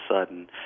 sudden